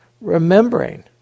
remembering